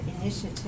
initiative